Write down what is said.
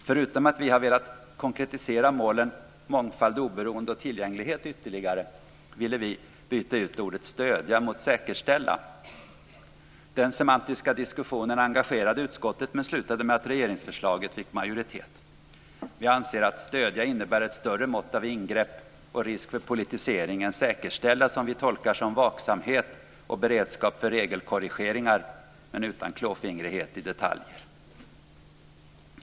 Förutom att vi har velat konkretisera målen mångfald, oberoende och tillgänglighet ytterligare vill vi byta ut ordet "stödja" mot "säkerställa". Den semantiska diskussionen engagerade utskottet men slutade med att regeringsförslaget fick majoritet. Vi anser att stödja innebär ett större mått av ingrepp och risk för politisering än säkerställa, som vi tolkar som vaksamhet och beredskap för regelkorrigeringar men utan klåfingrighet i detaljer.